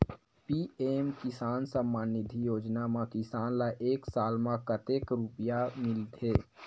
PM किसान सम्मान निधी योजना म किसान ल एक साल म कतेक रुपिया मिलथे?